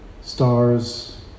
stars